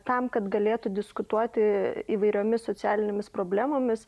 tam kad galėtų diskutuoti įvairiomis socialinėmis problemomis